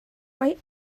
mae